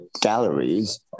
galleries